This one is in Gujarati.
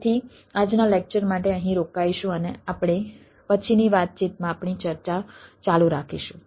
તેથી આજના લેક્ચર માટે અહીં રોકાઈશું અને આપણે પછીની વાતચીતમાં આપણી ચર્ચા ચાલુ રાખીશું